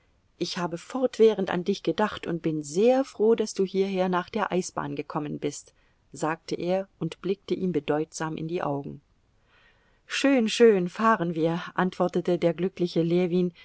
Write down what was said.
ich habe fortwährend an dich gedacht und bin sehr froh daß du hierher nach der eisbahn gekommen bist sagte er und blickte ihm bedeutsam in die augen schön schön fahren wir antwortete der glückliche ljewin